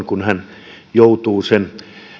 kun hän joutuu sen